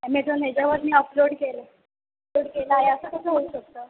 Amazon ह्याच्यावर मी upload केलं अपलोड केला आहे असं कसं होऊ शकतं